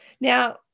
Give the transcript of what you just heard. Now